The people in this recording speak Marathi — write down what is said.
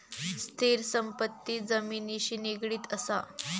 स्थिर संपत्ती जमिनिशी निगडीत असा